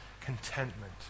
contentment